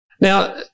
Now